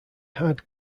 had